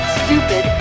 stupid